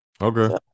Okay